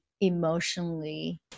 emotionally